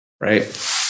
right